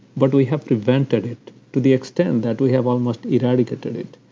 but we have prevented it to the extent that we have almost eradicated it.